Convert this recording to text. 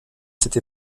cette